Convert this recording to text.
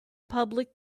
public